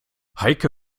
heike